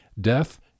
death